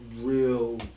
real